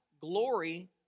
glory